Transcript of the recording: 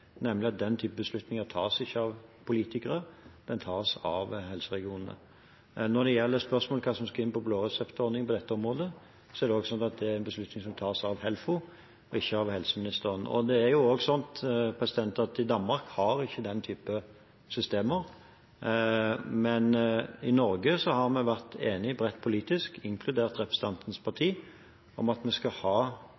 nemlig at den typen beslutninger ikke tas av politikere – de tas av helseregionene. Når det gjelder spørsmålet om hva som skal inn på blåreseptordningen på dette området, er det en beslutning som tas av HELFO, ikke av helseministeren. I Danmark har en ikke den typen systemer, men i Norge har det vært bred politisk enighet om – inkludert representanten Frøislands parti